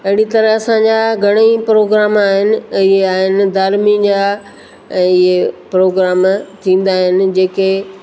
अहिड़ी तरह सां असांजा घणेई प्रोग्राम आहिनि इहे आहिनि धार्मी जा ऐं इए प्रोग्राम थींदा आहिनि जेके